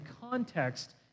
context